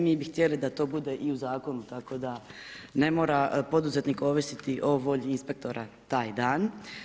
Mi bi htjeli da to bude i u Zakonu tako da ne mora poduzetnik ovisiti o volji inspektora taj dan.